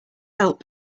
help